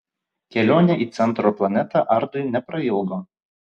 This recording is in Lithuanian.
kelionė į centro planetą ardui neprailgo